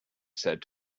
said